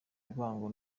urwango